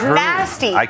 nasty